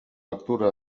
lectura